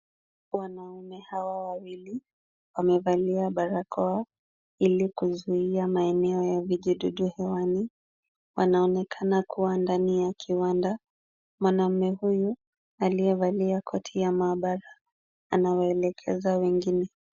Wanaume hawa wawili wamevalia barakoa ili kuzuia maeneo ya vijidudu hewani. Wanaonekana kuwa ndani ya kiwanda. Mwanaume huyu aliyevalia koti ya maabara anawaelekeza wengine.